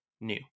new